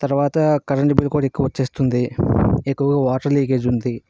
తరువాత current bill కూడా ఎక్కువ వచ్చేస్తుంది ఎక్కువగా వాటర్ లీకేజీ ఉంది